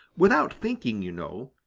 without thinking, you know,